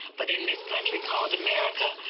but in this country called america,